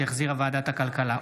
שהחזירה ועדת הכלכלה.